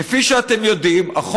פתאום המתנחלים מקבלים שירותים.